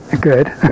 Good